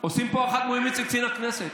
עושים פה הערכת מאוימים אצל קצין הכנסת.